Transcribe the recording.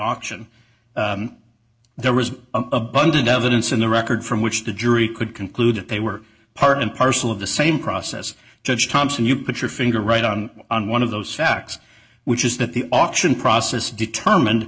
auction there was a bundled evidence in the record from which the jury could conclude that they were part and parcel of the same process judge thompson you put your finger right on on one of those facts which is that the auction process determine